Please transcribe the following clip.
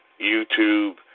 YouTube